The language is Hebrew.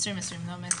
מ-2020 ולא מ-2021.